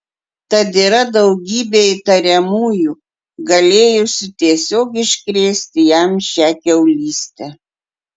tad yra daugybė įtariamųjų galėjusių tiesiog iškrėsti jam šią kiaulystę